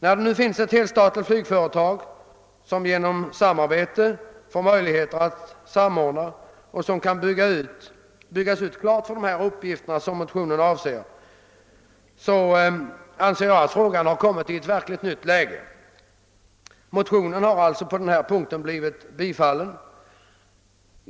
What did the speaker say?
När det nu finns ett helstatligt företag, som genom samarbete får möjligheter att samordna verksamheten och som kan byggas ut för de uppgifter som motionen avser, anser jag att frågan kommit i ett nytt läge. Motionen har alltså på denna punkt bifallits.